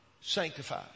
sanctified